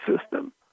system